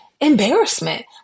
Embarrassment